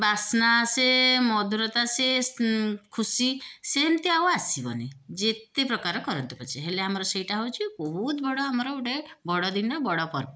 ବାସ୍ନା ଆସେ ମଧୁରତା ଆସେ ସ୍ନେ ସେ ଖୁସି ସେମିତି ଆଉ ଆସିବନି ଯେତେ ପ୍ରକାର କରନ୍ତୁ ପଛେ ହେଲେ ଆମର ସେଇଟା ହେଉଛି ବହୁତ ବଡ଼ ଆମର ଗୋଟେ ବଡ଼ ଦିନ ବଡ଼ ପର୍ବ